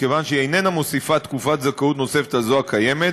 מכיוון שהיא איננה מוסיפה תקופת זכאות נוספת על זו הקיימת